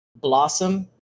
blossom